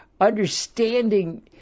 understanding